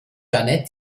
jeanette